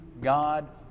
God